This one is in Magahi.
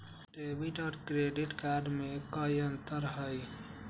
डेबिट और क्रेडिट कार्ड में कई अंतर हई?